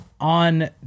on